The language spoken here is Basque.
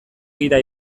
gida